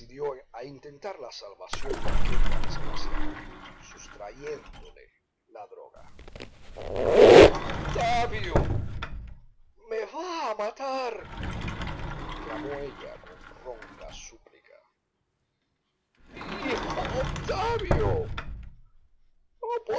decidió a intentar la salvación de aquella desgraciada sustrayéndole la droga octavio me va a matar clamó ella con ronca súplica mi hijo